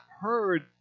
heard